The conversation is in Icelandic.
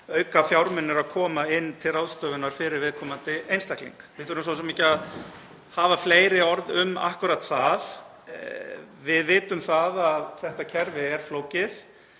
aukafjármunir að koma inn til ráðstöfunar fyrir viðkomandi einstakling. Við þurfum svo sem ekki að hafa fleiri orð um akkúrat það. Við vitum að þetta kerfi er flókið.